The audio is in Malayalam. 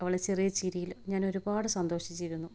അവളുടെ ചെറിയ ചിരിയിൽ ഞാനൊരുപാട് സന്തോഷിച്ചിരുന്നു